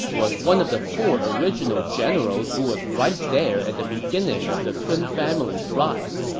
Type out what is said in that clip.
was one of the four original generals who was right there at the beginning of the sun family's rise.